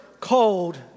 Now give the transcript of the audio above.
cold